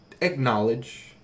acknowledge